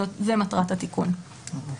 זאת מטרת התיקון.